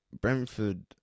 Brentford